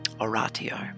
Oratio